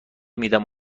میدم